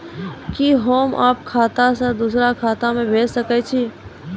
कि होम आप खाता सं दूसर खाता मे भेज सकै छी?